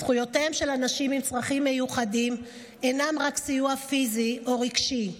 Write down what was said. זכויותיהם של אנשים עם צרכים מיוחדים אינן רק סיוע פיזי או רגשי,